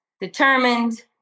determined